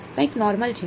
કંઈક નોર્મલ છે જે છે